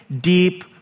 deep